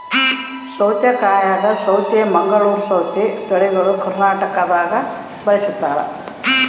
ಸೌತೆಕಾಯಾಗ ಸೌತೆ ಮಂಗಳೂರ್ ಸೌತೆ ತಳಿಗಳು ಕರ್ನಾಟಕದಾಗ ಬಳಸ್ತಾರ